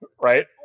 Right